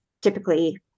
typically